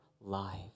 lives